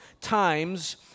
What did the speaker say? times